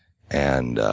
and